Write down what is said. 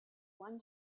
one